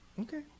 Okay